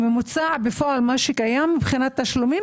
הממוצע בפועל מה שקיים מבחינת תשלומים